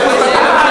בבקשה,